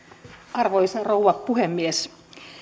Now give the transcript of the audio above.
arvoisa rouva puhemies